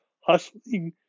hustling